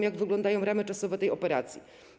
Jak wyglądają ramy czasowe tej operacji?